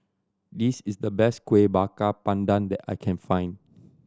this is the best Kuih Bakar Pandan that I can find